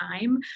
time